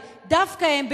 דווקא הם,